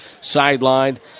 sidelined